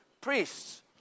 priests